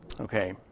Okay